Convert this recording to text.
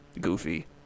goofy